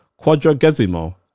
Quadragesimo